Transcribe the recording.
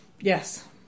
Yes